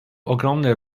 ogromny